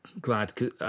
glad